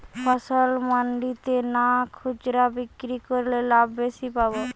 ফসল মন্ডিতে না খুচরা বিক্রি করলে লাভ বেশি পাব?